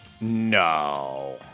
No